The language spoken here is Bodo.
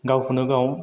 गावखौनो गाव